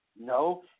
No